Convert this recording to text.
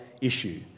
issue